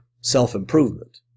self-improvement